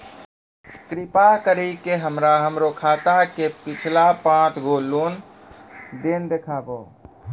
कृपा करि के हमरा हमरो खाता के पिछलका पांच गो लेन देन देखाबो